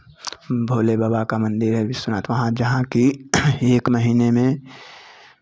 भोले बाबा का मंदिर है विश्वनाथ वहाँ जहाँ कि एक महीने में